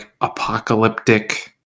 apocalyptic